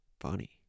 funny